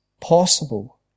possible